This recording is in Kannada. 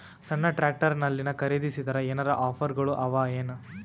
ಸಣ್ಣ ಟ್ರ್ಯಾಕ್ಟರ್ನಲ್ಲಿನ ಖರದಿಸಿದರ ಏನರ ಆಫರ್ ಗಳು ಅವಾಯೇನು?